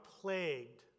plagued